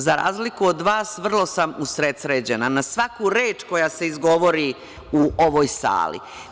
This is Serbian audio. Za razliku od vas, vrlo sam usredsređena na svaku reč koja se izgovori u ovoj sali.